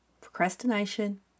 procrastination